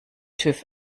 tüv